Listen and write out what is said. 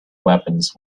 weapons